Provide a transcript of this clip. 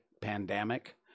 Pandemic